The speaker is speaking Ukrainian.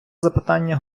запитання